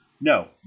No